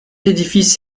édifice